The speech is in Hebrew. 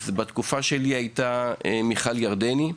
אז בתקופתי זו הייתה מיכל ירדני.